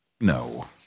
No